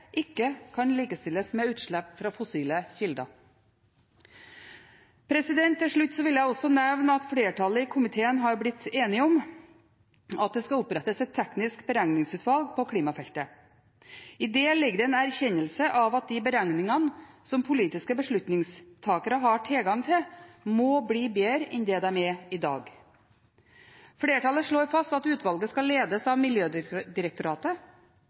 ikke kan likestilles med utslipp» fra «fossile kilder». Til slutt vil jeg også nevne at flertallet i komiteen har blitt enig om at det skal opprettes et teknisk beregningsutvalg på klimafeltet. I det ligger det en erkjennelse av at de beregningene som politiske beslutningstakere har tilgang til, må bli bedre enn det de er i dag. Flertallet slår fast at utvalget skal ledes av Miljødirektoratet.